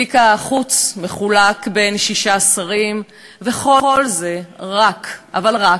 תיק החוץ מחולק בין שישה שרים, וכל זה רק, אבל רק,